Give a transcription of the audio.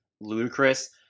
ludicrous